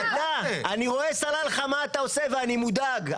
אני רואה סלאלחה מה אתה עושה, ואני מודאג.